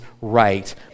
right